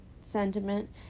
sentiment